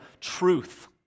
truth